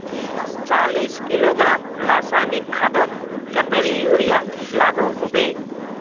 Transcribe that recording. चालीस किलोग्राम रासायनिक खादोत कतेरी यूरिया लागोहो होबे?